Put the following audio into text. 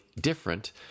different